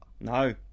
No